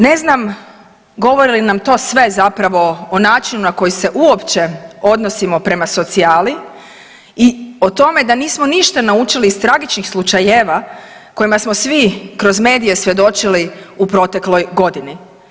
Ne znam govori li nam to sve zapravo o načinu na koji se uopće odnosimo prema socijali i o tome da nismo ništa naučili iz tragičnih slučajeva kojima smo svi kroz medije svjedočili u protekloj godini.